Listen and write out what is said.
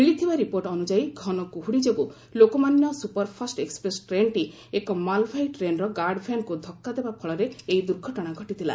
ମିଳିଥିବା ରିପୋର୍ଟ ଅନୁଯାୟୀ ଘନକୁହୁଡ଼ି ଯୋଗୁଁ ଲୋକମାନ୍ୟ ସୁପର୍ ଫାଷ୍ଟ ଏକ୍ଟପ୍ରେସ୍ ଟ୍ରେନ୍ଟି ଏକ ମାଲବାହୀ ଟ୍ରେନ୍ର ଗାର୍ଡ଼ ଭ୍ୟାନ୍କୁ ଧକ୍କା ଦେବା ଫଳରେ ଏହି ଦୂର୍ଘଟଣା ଘଟିଥିଲା